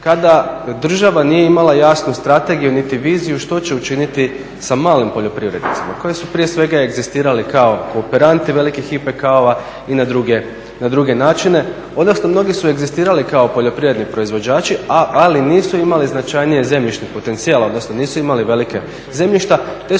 kada država nije imala jasnu strategiju niti viziju što će učiniti sa malim poljoprivrednicima koji su prije svega egzistirali kao kooperanti velikih IPK-ova i na druge načine, odnosno mnogi su egzistirali kao poljoprivredni proizvođači, ali nisu imali značajniji zemljišni potencijal, odnosno nisu imali velika zemljišta,